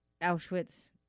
Auschwitz